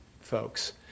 folks